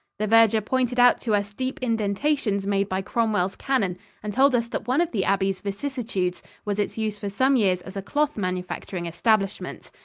the verger pointed out to us deep indentations made by cromwell's cannon and told us that one of the abbey's vicissitudes was its use for some years as a cloth manufacturing establishment.